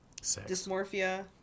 Dysmorphia